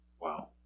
Wow